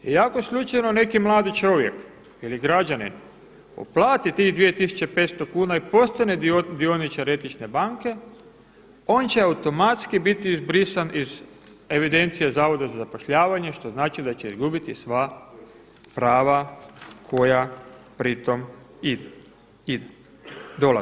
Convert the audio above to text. I ako slučajno neki mladi čovjek ili građanin uplati tih 2500 kuna i postane dioničar etične banke, on će automatski biti izbrisan iz evidencije Zavoda za zapošljavanje što znači da će izgubiti sva prava koja pri tome dolaze.